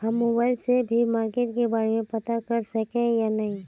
हम मोबाईल से भी मार्केट के बारे में पता कर सके है नय?